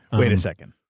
wait a second.